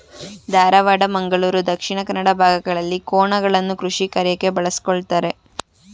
ಧಾರವಾಡ, ಮಂಗಳೂರು ದಕ್ಷಿಣ ಕನ್ನಡ ಭಾಗಗಳಲ್ಲಿ ಕೋಣಗಳನ್ನು ಕೃಷಿಕಾರ್ಯಕ್ಕೆ ಬಳಸ್ಕೊಳತರೆ